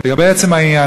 לגבי עצם העניין,